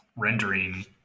rendering